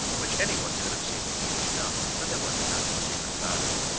which any one could of seen it easy enough, fur they wasn't nothing secret about it.